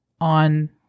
on